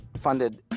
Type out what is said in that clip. funded